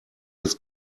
des